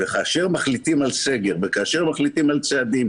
וכאשר מחליטים על סגר וכאשר מחליטים על צעדים,